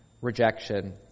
rejection